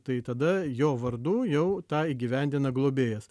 tai tada jo vardu jau tą įgyvendina globėjas